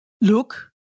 Look